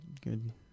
good